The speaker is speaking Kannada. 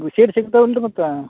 ಸೀಟ್ ಸಿಗ್ತಾವೇನ್ರಿ ಮತ್ತೆ